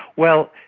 well,